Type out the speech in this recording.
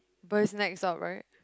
but his neck's out right